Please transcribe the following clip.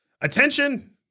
Attention